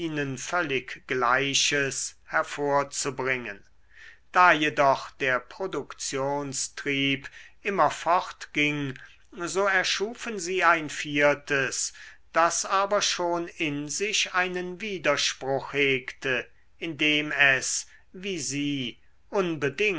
völlig gleiches hervorzubringen da jedoch der produktionstrieb immer fortging so erschufen sie ein viertes das aber schon in sich einen widerspruch hegte indem es wie sie unbedingt